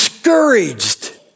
Discouraged